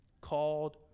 called